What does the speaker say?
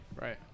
Right